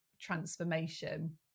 transformation